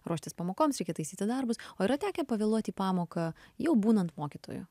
ruoštis pamokoms reikia taisyti darbus o yra tekę pavėluoti į pamoką jau būnant mokytoju